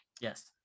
yes